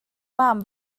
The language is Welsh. mam